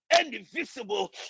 indivisible